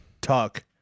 talk